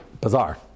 Bizarre